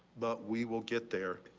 but we will get there.